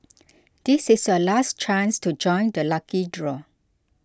this is our last chance to join the lucky draw